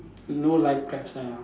no live crabs ah